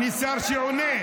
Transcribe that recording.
אני שר שעונה.